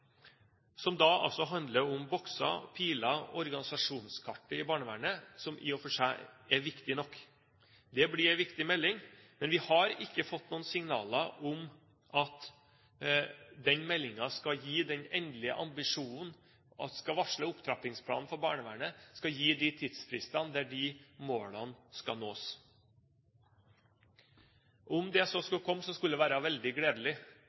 som handler om bokser, piler og organisasjonskart i barnevernet, som i og for seg er viktig nok. Det blir en viktig melding. Men vi har ikke fått noen signaler om at den meldingen skal ha den endelige ambisjonen, og at en skal varsle en opptrappingsplan for barnevernet med tidsfrister for når målene skal nås. Om det skulle komme, ville det vært veldig gledelig.